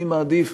אני מעדיף